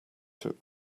took